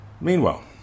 Meanwhile